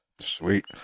Sweet